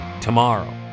tomorrow